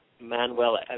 Manuel